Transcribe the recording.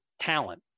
talent